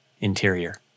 interior